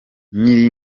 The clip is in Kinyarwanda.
nyiri